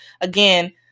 again